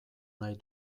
nahi